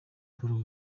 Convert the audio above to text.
paul